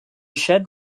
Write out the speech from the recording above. shed